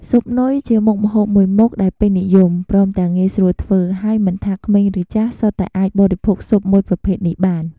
ស៊ុបនុយជាមុខម្ហូបមួយមុខដែលពេញនិយម ព្រមទាំងងាយស្រួលធ្វើ ហើយមិនថាក្មេងឬចាស់ សុទ្ធតែអាចបរិភោគស៊ុបមួយប្រភេទនេះបាន។